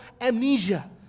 amnesia